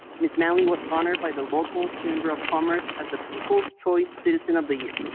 ms. manley was honored by the local chamber of commerce as the people's choice citizen of the year.